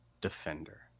defender